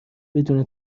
بدون